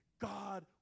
God